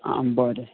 आं बरें